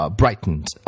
brightened